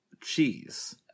cheese